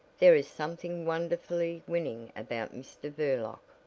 there is something wonderfully winning about mr. burlock.